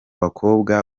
bakobwa